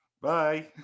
Bye